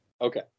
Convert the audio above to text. Okay